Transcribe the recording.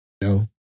No